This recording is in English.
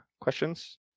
questions